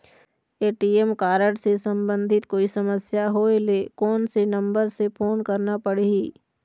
ATM card से संबंधित कोई समस्या होय ले, कोन से नंबर से फोन करना पढ़ही?